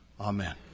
Amen